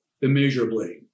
immeasurably